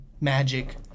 magic